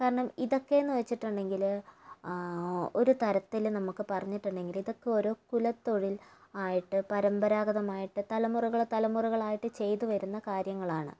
കാരണം ഇതൊക്കെയെന്ന് വെച്ചിട്ടുണ്ടെങ്കില് ഒരു തരത്തിലും നമുക്ക് പറഞ്ഞിട്ടുണ്ടെങ്കില് ഇതൊക്കെ ഓരോ കുലത്തൊഴിൽ ആയിട്ട് പരമ്പരാഗതമായിട്ട് തലമുറകള് തലമുറകളായിട്ട് ചെയ്ത് വരുന്ന കാര്യങ്ങളാണ്